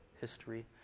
history